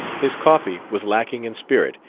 his coffee was lacking in spirit,